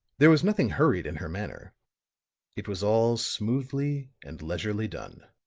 there was nothing hurried in her manner it was all smoothly and leisurely done.